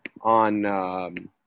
on